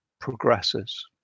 progresses